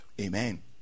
Amen